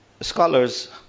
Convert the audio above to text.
scholars